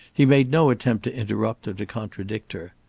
he made no attempt to interrupt or to contradict her.